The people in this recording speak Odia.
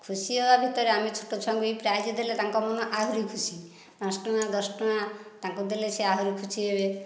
ଖୁସି ହବା ଭିତରେ ଆମେ ଛୋଟ ଛୁଆଙ୍କୁ ବି ପ୍ରାଇଜ ଦେଲେ ତାଙ୍କ ମନ ଆହୁରି ଖୁସି ପାଞ୍ଚ ଟଙ୍କା ଦଶ ଟଙ୍କା ତାଙ୍କୁ ଦେଲେ ସେ ଆହୁରି ଖୁସି ହେବେ